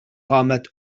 قامت